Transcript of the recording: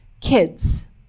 Kids